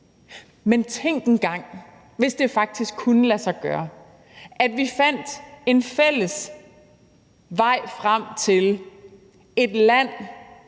Men tænk engang, hvis det faktisk kunne lade sig gøre, at vi fandt en fælles vej frem til et land